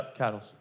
cattle